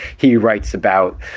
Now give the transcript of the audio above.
he writes about,